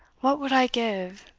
what would i give,